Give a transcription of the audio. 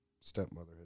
stepmother